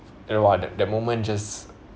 and !wah! that that moment just